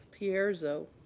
pierzo